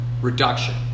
reduction